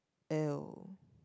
!eww!